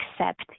accept